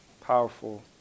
powerful